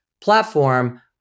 platform